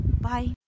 Bye